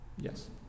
Yes